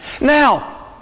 Now